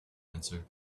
answered